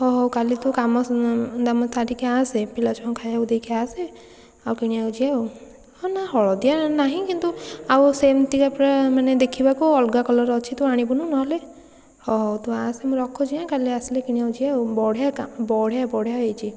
ହେଉ ହେଉ କାଲି ତୁ କାମ ଦାମ ଥାରିକି ଆସେ ପିଲା ଛୁଆଙ୍କୁ ଖାଇବାକୁ ଦେଇକି ଆସେ ଆଉ କିଣିବାକୁ ଯିବା ଆଉ ହଁ ନା ହଳଦିଆ ନାହିଁ କିନ୍ତୁ ଆଉ ସେମିତିକା ପୁରା ମାନେ ଦେଖିବାକୁ ଅଲଗା କଲର ଅଛି ତୁ ଅଣିବୁନୁ ନହେଲେ ହେଉ ହେଉ ତୁ ଆସେ ମୁଁ ରଖୁଛି କାଲି ଆସିଲେ କିଣିବାକୁ ଯିବା ଆଉ ବଢ଼ିଆ କା ବଢ଼ିଆ ବଢ଼ିଆ ହେଇଛି